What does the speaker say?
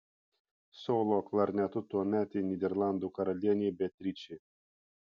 solo klarnetu tuometei nyderlandų karalienei beatričei